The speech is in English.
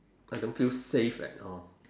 I don't feel safe at all